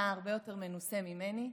אתה הרבה יותר מנוסה ממני,